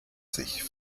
sich